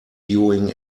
doing